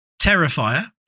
Terrifier